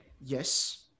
yes